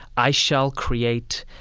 i shall create,